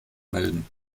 melden